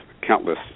countless